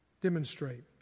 Demonstrate